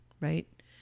Right